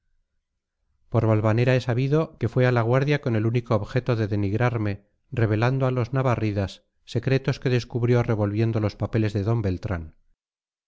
por valvanera he sabido que fue a la guardia con el único objeto de denigrarme revelando a los navarridas secretos que descubrió revolviendo los papeles de d beltrán